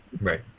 right